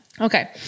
Okay